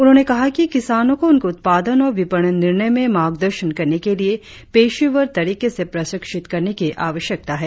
उन्होंने कहा कि किसानों को उनके उत्पादन और विपणन निर्णय में मार्गदर्शन करने के लिए पेशेवर तरीके से प्रशिक्षित करने की आवश्यकता है